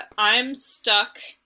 ah i'm stuck,